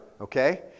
okay